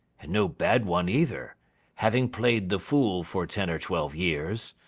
and no bad one either having played the fool for ten or twelve years.